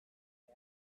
yet